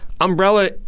Umbrella